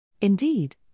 Indeed